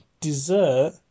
dessert